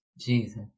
Jesus